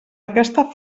aquesta